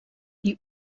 die